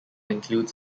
includes